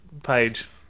Page